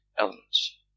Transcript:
elements